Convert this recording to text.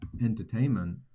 entertainment